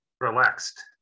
relaxed